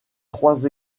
trois